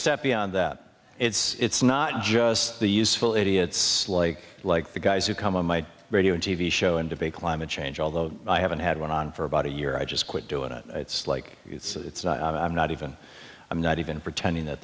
step beyond that it's not just the useful idiots like like the guys who come on my radio and t v show and debate climate change although i haven't had one on for about a year i just quit doing it it's like it's not even i'm not even pretending that